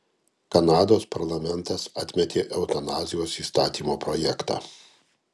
kanados parlamentas atmetė eutanazijos įstatymo projektą